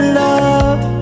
love